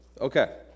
Okay